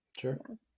Sure